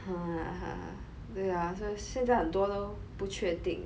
对 lor so 现在很多都不确定